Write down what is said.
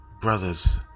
brothers